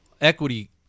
equity